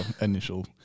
initial